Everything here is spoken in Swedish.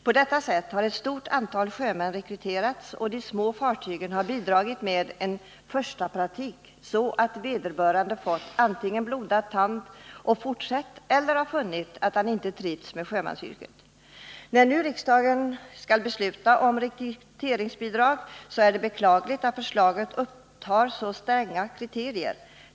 På detta sätt har ett stort antal sjömän rekryterats, och de små fartygen har bidragit med en förstapraktik, så att vederbörande har fått antingen blodad tand och fortsatt eller har funnit att han inte trivs med sjömansyrket. När nu riksdagen skall besluta om rekryteringsbidrag, så är det beklagligt att förslaget upptar så stränga kriterier.